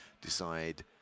decide